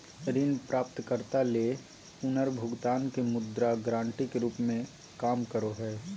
ऋण प्राप्तकर्ता ले पुनर्भुगतान के मुद्रा गारंटी के रूप में काम करो हइ